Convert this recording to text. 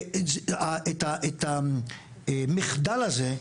ואת המחדל הזה,